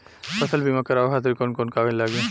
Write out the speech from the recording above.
फसल बीमा करावे खातिर कवन कवन कागज लगी?